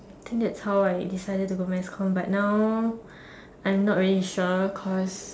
I think that's how I decided to go mass comm but now I'm not really sure cause